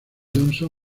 johnson